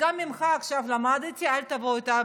ואני מכבד אותו,